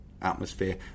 atmosphere